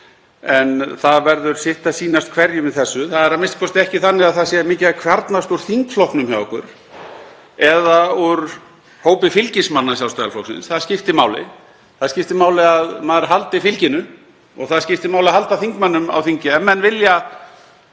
en það verður sitt að sýnast hverjum í þessu. Það er a.m.k. ekki þannig að það sé mikið að kvarnast úr þingflokknum hjá okkur eða úr hópi fylgismanna Sjálfstæðisflokksins. Það skiptir máli. Það skiptir máli að maður haldi fylginu og það skiptir máli að halda þingmönnum á þingi